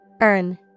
Earn